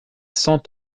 cent